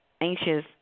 anxious